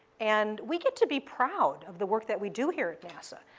and we get to be proud of the work that we do here at nasa.